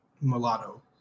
Mulatto